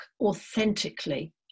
authentically